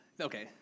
Okay